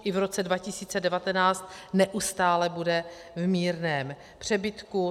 I v roce 2019 neustále bude v mírném přebytku.